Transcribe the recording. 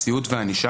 ציות וענישה,